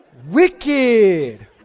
wicked